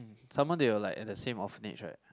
someone they were like at the same of age right